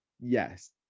Yes